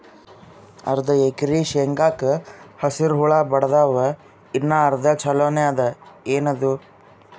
ಅರ್ಧ ಎಕರಿ ಶೇಂಗಾಕ ಹಸರ ಹುಳ ಬಡದಾವ, ಇನ್ನಾ ಅರ್ಧ ಛೊಲೋನೆ ಅದ, ಏನದು?